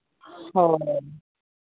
ᱦᱳᱭ